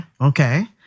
Okay